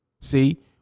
See